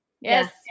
Yes